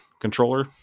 controller